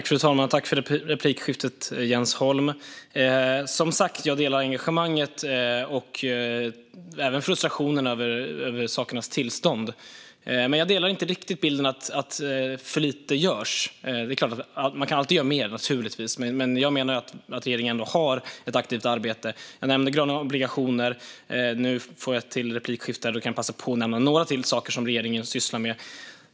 Fru talman! Jag tackar för replikskiftet, Jens Holm. Jag delar engagemanget och även frustrationen över sakernas tillstånd. Men jag delar inte riktigt bilden av att för lite görs. Naturligtvis kan man göra mer, men jag menar att regeringen ändå arbetar aktivt. Jag nämnde gröna obligationer. Nu när jag har en replik kan jag passa på att nämna några ytterligare saker som regeringen sysslar med.